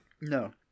No